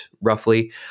roughly